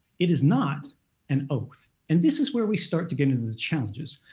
it is not an oath. and this is where we start to get in to the challenges.